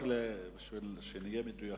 רק שנהיה מדויקים,